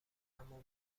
اما